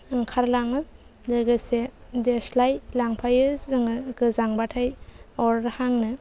ओंखारलाङो लोगोसे देस्लाइ लांफायो सिगाङो गोजांबाथाय अर हांनो